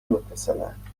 متصلاند